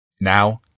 Now